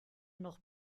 noch